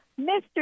mr